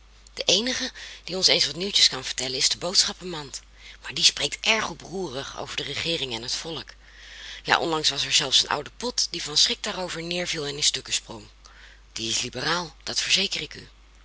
de eenige die ons eens wat nieuwtjes kan vertellen is de boodschappenmand maar die spreekt erg oproerig over de regeering en over het volk ja onlangs was er zelfs een oude pot die van schrik daarover neerviel en in stukken sprong die is liberaal dat verzeker ik u